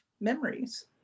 memories